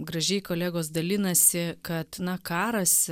gražiai kolegos dalinasi kad na karas